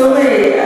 צורי,